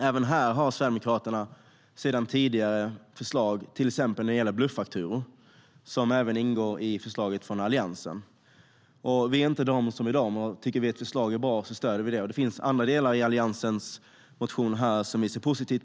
Även här har Sverigedemokraterna sedan tidigare förslag till exempel när det gäller bluffakturor, som även ingår i förslaget från Alliansen. Vi är inte den som är den. Om vi tycker att ett förslag är bra stöder vi det. Det finns andra delar i Alliansens motion som vi ser positivt på.